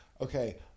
Okay